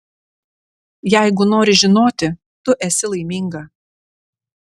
jeigu nori žinoti tu esi laiminga